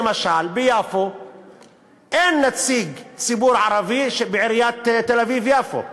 למשל ביפו אין נציג ציבור ערבי בעיריית תל-אביב יפו.